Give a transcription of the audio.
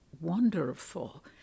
wonderful